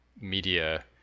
media